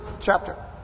chapter